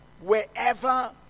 wherever